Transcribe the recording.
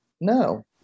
no